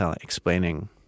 explaining